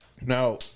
Now